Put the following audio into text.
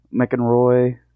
McEnroy